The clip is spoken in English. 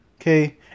Okay